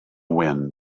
wind